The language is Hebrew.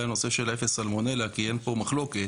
הנושא של אפס סלמונלה כי אין פה מחלוקת,